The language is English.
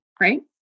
right